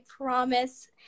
promise